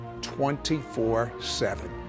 24-7